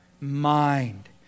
mind